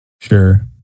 sure